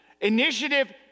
Initiative